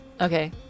okay